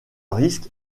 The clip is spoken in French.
risque